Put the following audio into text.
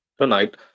tonight